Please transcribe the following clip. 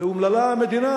ואומללה המדינה,